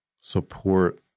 support